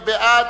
מי בעד?